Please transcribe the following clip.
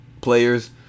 players